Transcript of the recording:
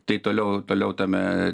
tai toliau toliau tame